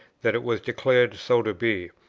that it was declared so to be.